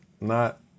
not-